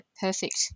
perfect